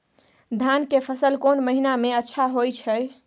धान के फसल कोन महिना में अच्छा होय छै?